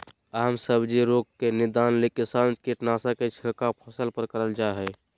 आम सब्जी रोग के निदान ले किसान कीटनाशक के छिड़काव फसल पर करल जा हई